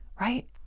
Right